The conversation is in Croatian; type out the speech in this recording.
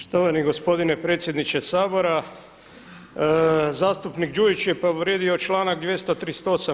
Štovani gospodine predsjedniče Sabora, zastupnik Đujić je povrijedio članak 238.